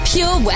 Pure